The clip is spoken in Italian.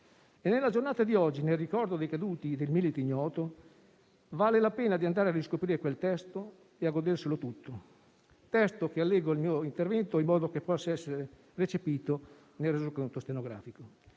e nella giornata di oggi, nel ricordo dei caduti e del Milite Ignoto, vale la pena andare a riscoprire quel testo e a goderselo tutto. Un testo che allego al mio intervento in modo che possa essere recepito nel Resoconto stenografico.